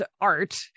art